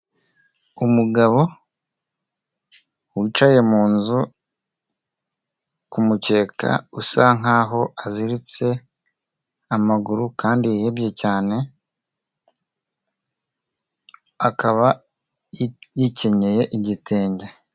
Umugabo wicaye mu nzu ku mukeka usa nk'aho aziritse amaguru kandi yihebye cyane, akaba yikenyeye igitenge.